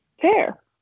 Fair